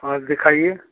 और दिखाइए